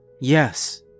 Yes